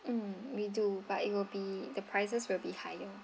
mm we do but it will be the prices will be higher